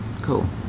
Cool